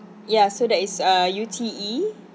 ya so that is uh U T E